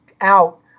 out